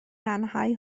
lanhau